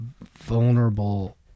vulnerable